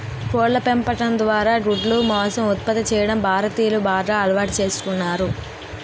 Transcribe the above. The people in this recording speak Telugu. కోళ్ళ పెంపకం ద్వారా గుడ్లు, మాంసం ఉత్పత్తి చేయడం భారతీయులు బాగా అలవాటు చేసుకున్నారు